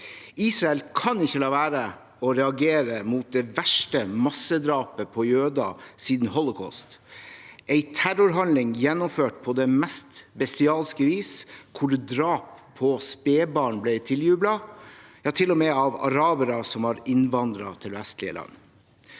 Israel kan ikke la være å reagere mot det verste massedrapet på jøder siden holocaust, en terrorhandling gjennomført på det mest bestialske vis, hvor drap på spedbarn ble tiljublet, til og med av arabere som har innvandret til vestlige land.